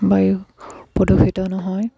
বায়ু প্ৰদূষিত নহয়